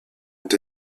ont